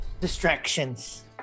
distractions